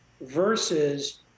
versus